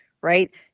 right